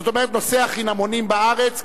זאת אומרת נושא החינמונים בארץ,